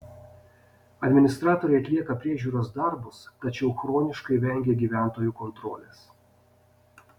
administratoriai atlieka priežiūros darbus tačiau chroniškai vengia gyventojų kontrolės